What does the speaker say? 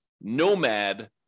nomad